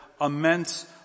immense